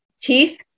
Teeth